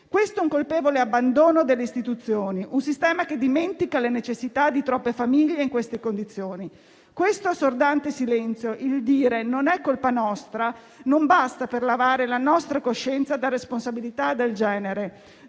Questo è un colpevole abbandono delle istituzioni, un sistema che dimentica le necessità di troppe famiglie in queste condizioni. Questo assordante silenzio, il dire «non è colpa nostra» non basta per lavare la nostra coscienza da responsabilità del genere,